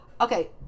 okay